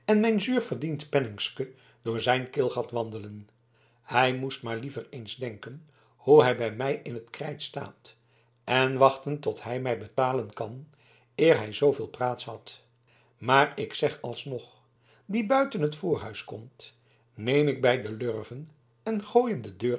en mijn zuur verdiend penningske door zijn keelgat wandelen hij moest maar liever eens denken hoe hij bij mij in t krijt staat en wachten tot hij mij betalen kan eer hij zooveel praats had maar ik zeg alsnog die buiten het voorhuis komt neem ik bij de lurven en gooi hem de deur